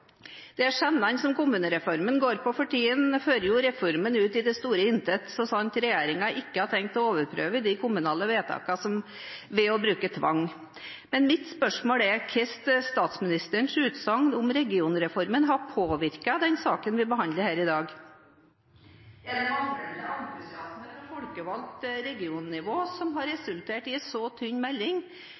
som kommunereformen går på for tiden, fører jo reformen ut i det store intet, så sant regjeringen ikke har tenkt å overprøve de kommunale vedtakene ved å bruke tvang. Mitt spørsmål er: Hvordan har statsministerens utsagn om regionreformen påvirket den saken vi behandler her i dag? Er det manglende entusiasme fra folkevalgt regionnivå som har resultert i en så tynn melding,